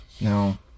No